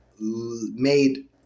made